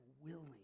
willing